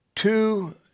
Two